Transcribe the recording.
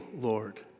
Lord